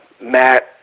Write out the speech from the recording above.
Matt